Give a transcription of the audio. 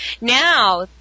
Now